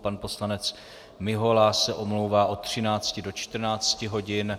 Pan poslanec Mihola se omlouvá od 13 do 14 hodin.